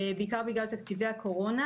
בעיקר בגלל תקציבי הקורונה,